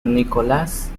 nicholas